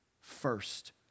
first